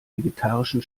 vegetarischen